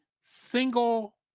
single